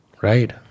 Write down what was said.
Right